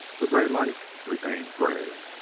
the gray light remained gray.